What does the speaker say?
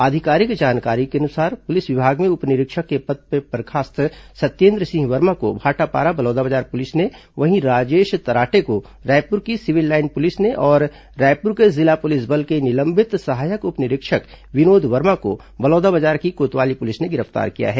आधिकारिक जानकारी के अनुसार पुलिस विभाग में उप निरीक्षक के पद से बर्खास्त सत्येन्द्र सिंह वर्मा को भाटापारा बलौदाबाजार पुलिस ने वहीं राजेश तराटे को रायपुर की सिविल लाइन पुलिस ने और रायपुर के जिला पुलिस बल के निलंबित सहायक उप निरीक्षक विनोद वर्मा को बलौदाबाजार की कोतवाली पुलिस ने गिरफ्तार किया है